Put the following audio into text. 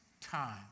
time